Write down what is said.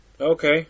Okay